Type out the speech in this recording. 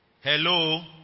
Hello